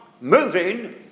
moving